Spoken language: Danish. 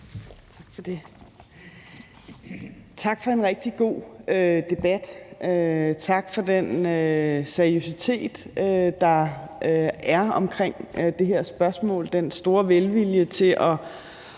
Tak for en rigtig god debat, og tak for den seriøsitet, der er omkring det her spørgsmål, og den store velvilje til at